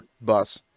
bus